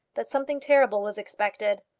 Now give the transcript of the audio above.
that something terrible was expected.